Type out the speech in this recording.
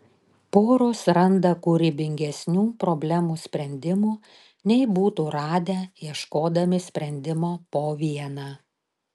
poros randa kūrybingesnių problemų sprendimų nei būtų radę ieškodami sprendimo po vieną